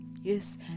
Yes